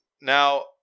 Now